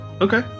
Okay